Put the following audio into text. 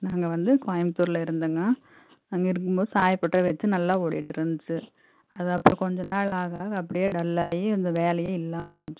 நாங்கள் வந்து கோயம்பத்தூர்ல இருந்தோங்க அங்கே இருக்கும் போது சாயப்பட்டறை வச்சு நல்லா ஓடிட்ருந்துச்சு அது அப்புறம் கொஞ்ச நாள் ஆக ஆக அப்படியே டல்லாகி அந்த வேலையே இல்லாமல் போச்சு